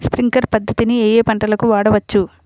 Sprinkler పద్ధతిని ఏ ఏ పంటలకు వాడవచ్చు?